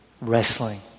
wrestling